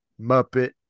Muppet